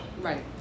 Right